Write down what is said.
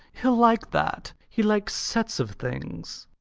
he'll like that. he likes sets of things.